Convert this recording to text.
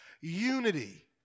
unity